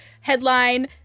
headline